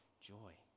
joy